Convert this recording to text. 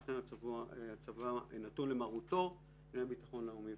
ולכן הצבא נתון למרותו בענייני ביטחון לאומי".